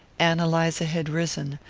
ann eliza had risen,